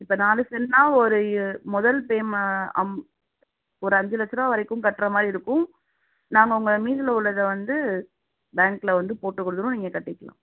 இப்போ நாலு சென்ட்டுன்னா ஒரு இ முதல் பேம அம் ஒரு அஞ்சு லட்சரூவா வரைக்கும் கட்றமாதிரி இருக்கும் நாங்கள் உங்கள் மீதியில உள்ளதை வந்து பேங்க்கில் வந்து போட்டு கொடுத்துருவோம் நீங்கள் கட்டிக்கலாம்